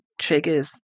triggers